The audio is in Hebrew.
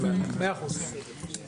(ד)